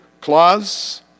clause